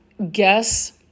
Guess